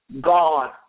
God